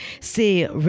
C'est